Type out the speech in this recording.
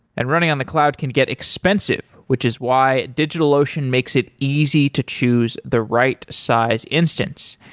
and running on the cloud can get expensive, which is why digitalocean makes it easy to choose the right size instance.